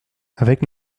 avec